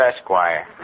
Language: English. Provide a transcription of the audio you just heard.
Esquire